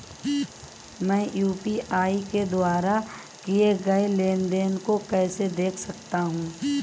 मैं यू.पी.आई के द्वारा किए गए लेनदेन को कैसे देख सकता हूं?